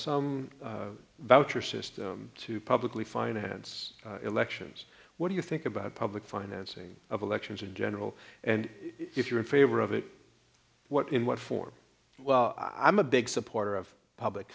d voucher system to publicly finance elections what do you think about public financing of elections in general and if you're in favor of it what in what form well i'm a big supporter of public